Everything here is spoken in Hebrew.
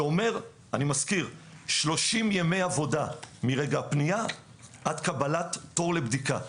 שאומר 30 ימי עבודה מרגע הפנייה עד קבלת תור לבדיקה,